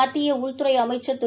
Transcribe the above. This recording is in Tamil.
மத்தியஉள்துறைஅமைச்சர் திரு